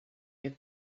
give